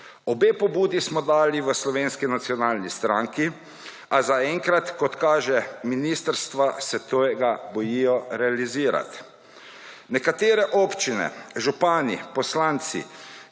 Obe pobudi smo dali v Slovenski nacionalni stranki a za enkrat kot kaže ministrstva se tega bojijo realizirati. Nekatere občine, župani, poslanci,